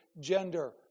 Gender